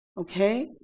Okay